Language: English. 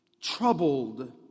troubled